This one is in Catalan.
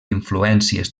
influències